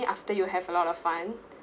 after you have a lot of fund